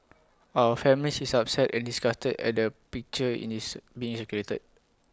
our family is upset and disgusted at the picture in his being circulated